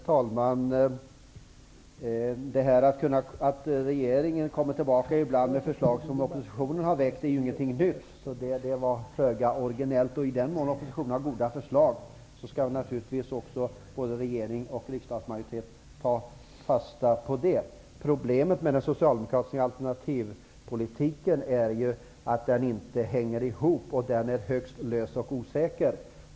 Herr talman! Att regeringen ibland kommer tillbaka med förslag som oppositionen har väckt är ingenting nytt. Det var föga originellt. I den mån oppositionen har goda förslag, skall naturligtvis både regering och riksdagsmajoritet ta fasta på det. Problemet med den socialdemokratiska alternativpolitiken är ju att den inte hänger ihop. Den är i högsta grad lös och osäker.